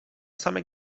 same